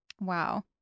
Wow